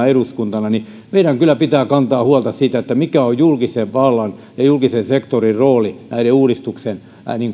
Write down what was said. eduskuntana niin meidän kyllä pitää kantaa huolta siitä mikä on julkisen vallan ja julkisen sektorin rooli näiden uudistuksien